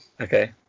Okay